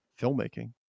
filmmaking